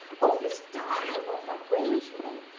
of a style of arrangement,